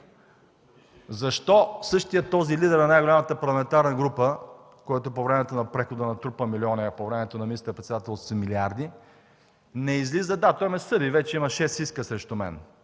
Защо същият този лидер на най-голямата парламентарна група, който по времето на прехода натрупа милиони, а по времето на министър-председателството си – милиарди, не излиза? Да, той ме съди, вече има шест иска срещу мен.